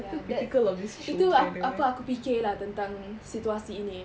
ya that itu apa apa aku fikir lah tentang situasi ini